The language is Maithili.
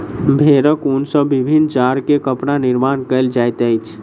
भेड़क ऊन सॅ विभिन्न जाड़ के कपड़ा निर्माण कयल जाइत अछि